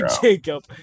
Jacob